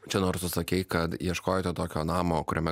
čia nors tu sakei kad ieškojote tokio namo kuriame